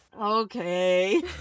Okay